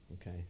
Okay